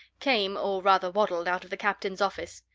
came or rather waddled out of the captain's office.